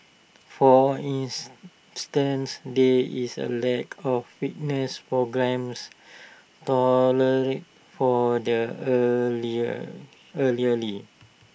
for instance there is A lack of fitness programmes tailored for their